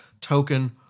token